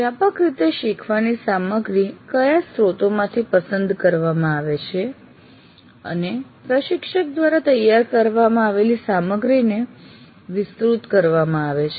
વ્યાપક રીતે શીખવાની સામગ્રી ક્યાં તો સ્રોતમાંથી પસંદ કરવામાં આવે છે અનેઅથવા પ્રશિક્ષક દ્વારા તૈયાર કરવામાં આવેલી સામગ્રીને વિસ્તૃત કરવામાં આવે છે